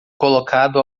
colocado